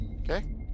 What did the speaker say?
Okay